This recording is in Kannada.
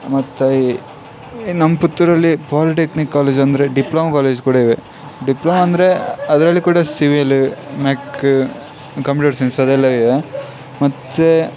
ಮತ್ತೆ ಈ ಈ ನಮ್ಮ ಪುತ್ತೂರಲ್ಲಿ ಪಾಲಿಟೆಕ್ನಿಕ್ ಕಾಲೇಜ್ ಅಂದರೆ ಡಿಪ್ಲೊಮ ಕಾಲೇಜ್ ಕೂಡ ಇವೆ ಡಿಪ್ಲೊಮ ಅಂದರೆ ಅದರಲ್ಲಿ ಕೂಡ ಸಿವಿಲ್ ಮ್ಯಕ್ ಕಂಪ್ಯುಟರ್ ಸೈನ್ಸ್ ಅದೆಲ್ಲ ಇವೆ ಮತ್ತೆ